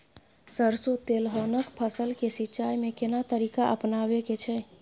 सरसो तेलहनक फसल के सिंचाई में केना तरीका अपनाबे के छै?